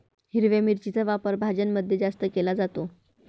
हिरव्या मिरचीचा वापर भाज्यांमध्ये जास्त केला जातो